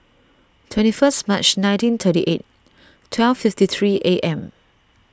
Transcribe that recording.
twenty first March nineteen thirty eight twelve fifty three A M